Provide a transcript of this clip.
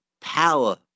power